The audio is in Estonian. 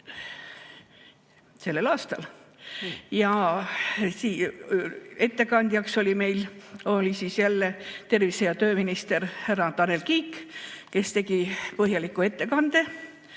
sellel aastal. Ettekandjaks oli meil jälle tervise‑ ja tööminister härra Tanel Kiik, kes tegi põhjaliku ettekande.